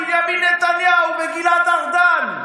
בנימין נתניהו וגלעד ארדן.